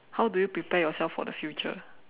how do you prepare yourself for the future